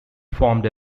formed